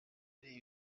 ibi